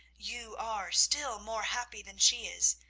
you are still more happy than she is,